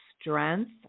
strength